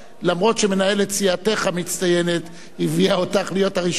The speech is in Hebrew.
אף שמנהלת סיעתך המצטיינת הביאה אותך להיות הראשונה,